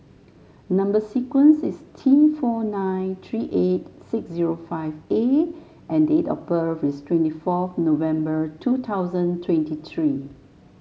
number sequence is T four nine three eight six zero five A and date of birth is twenty four November two thousand twenty three